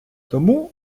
тому